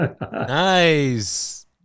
nice